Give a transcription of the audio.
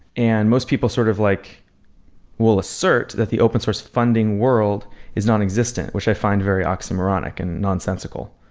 and most people sort of like will assert that the open source funding world is nonexistent, which i find very oxymoronic and nonsensical.